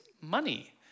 money